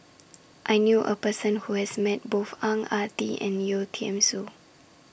I knew A Person Who has Met Both Ang Ah Tee and Yeo Tiam Siew